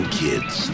kids